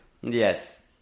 Yes